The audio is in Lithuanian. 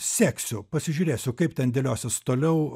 seksiu pasižiūrėsiu kaip ten dėliosis toliau